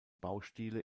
baustile